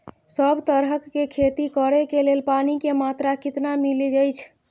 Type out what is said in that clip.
सब तरहक के खेती करे के लेल पानी के मात्रा कितना मिली अछि?